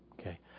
Okay